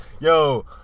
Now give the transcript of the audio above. Yo